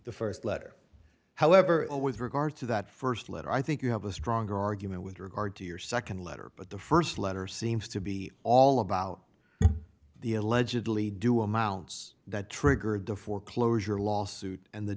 the st letter however a with regard to that st letter i think you have a stronger argument with regard to your nd letter but the st letter seems to be all about the allegedly due amounts that triggered the foreclosure lawsuit and the